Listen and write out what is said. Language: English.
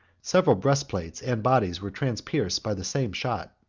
several breastplates and bodies were transpierced by the same shot.